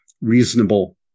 reasonable